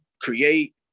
create